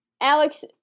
Alex